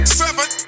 seven